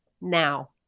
NOW